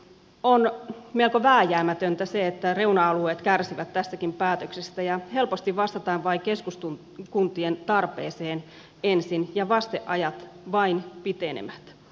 on melko vääjäämätöntä se että reuna alueet kärsivät tästäkin päätöksestä ja helposti vastataan vain keskuskuntien tarpeeseen ensin ja vasteajat vain pitenevät